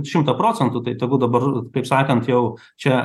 šimtą procentų tai tegu dabar kaip sakant jau čia